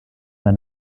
war